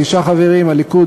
תשעה חברים: הליכוד,